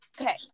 Okay